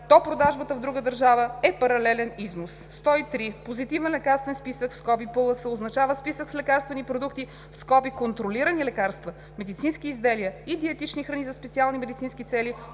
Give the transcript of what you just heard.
то продажбата в друга държава е паралелен износ. 103. „Позитивен лекарствен списък (ПЛС)“ означава списък с лекарствени продукти (контролирани лекарства), медицински изделия и диетични храни за специални медицински цели,